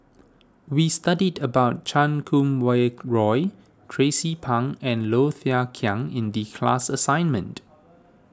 we studied about Chan Kum Wah Roy Tracie Pang and Low Thia Khiang in the class assignment